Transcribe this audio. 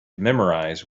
memorize